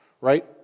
right